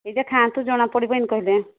ଏଇଟା ଖାଆନ୍ତୁ ଜଣାପଡ଼ିବ ବୋଲିକେ କହିଲେ